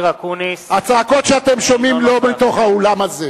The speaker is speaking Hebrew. אינו נוכח הצעקות שאתם שומעים, לא בתוך האולם הזה.